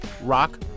rock